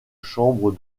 chambre